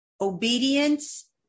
Obedience